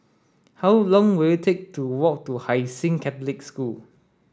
how long will it take to walk to Hai Sing Catholic School